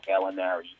Gallinari